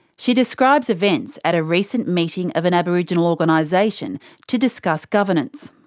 she describes events at a recent meeting of an aboriginal organisation to discuss governance.